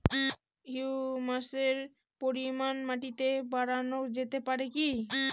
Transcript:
হিউমাসের পরিমান মাটিতে বারানো যেতে পারে কি?